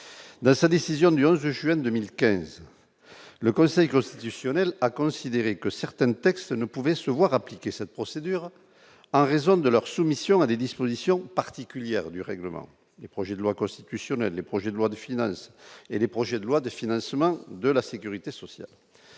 dans sa décision du 11 juin 2015 le Conseil constitutionnel a considéré que certaines taxes ne pouvait se voir appliquer cette procédure en raison de leur soumission à des dispositions particulières du règlement du projet de loi constitutionnelle, les projets de loi de finances et les projets de loi de financement de la Sécurité sociale,